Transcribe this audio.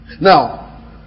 Now